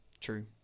True